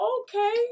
okay